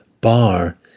Bar